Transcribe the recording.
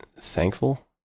thankful